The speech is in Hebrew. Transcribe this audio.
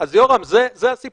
אז, יורם, זה הסיפור.